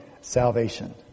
salvation